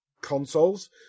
consoles